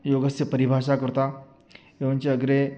योगस्य परिभाषा कृता एवञ्च अग्रे